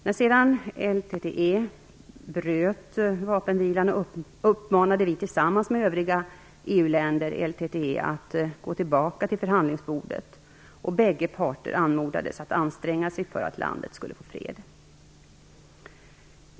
När sedan LTTE bröt vapenvilan uppmanade vi tillsammans med övriga EU-länder LTTE att gå tillbaka till förhandlingsbordet, och bägge parter anmodades att anstränga sig för att landet skulle få fred.